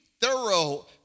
thorough